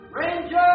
Ranger